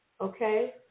okay